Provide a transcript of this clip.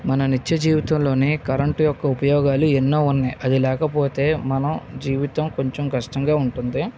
మన నిత్యజీవితంలోని కరెంట్ యొక్క ఉపయోగాలు ఎన్నో ఉన్నాయి అది లేకపోతే మన జీవితం కొంచెం కష్టంగా ఉంటుంది